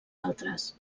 altres